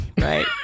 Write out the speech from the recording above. Right